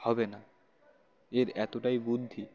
হবে না এর এতটাই বুদ্ধি